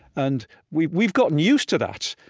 and we've we've gotten used to that.